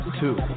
two